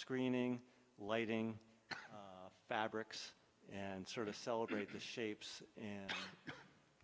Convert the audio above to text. screening lighting fabrics and sort of celebrate the shapes and